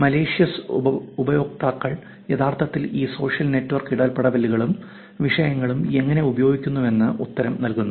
malicious ഉപയോക്താക്കൾ യഥാർത്ഥത്തിൽ ഈ സോഷ്യൽ നെറ്റ്വർക്ക് ഇടപെടലുകളും വിഷയങ്ങളും എങ്ങനെ ഉപയോഗിക്കുന്നുവെന്ന് ഉത്തരം നൽകുന്നു